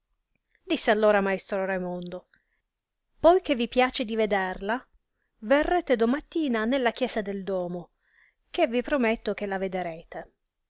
disse allora maestro raimondo poi che vi piace di vederla verrete domattina nella chiesa del domo che vi prometto che la vederete